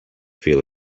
feel